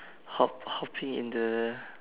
hop hopping in the